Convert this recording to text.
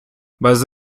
без